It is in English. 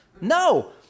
No